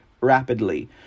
rapidly